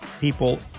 people